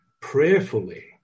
prayerfully